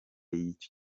y’iki